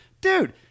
Dude